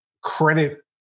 credit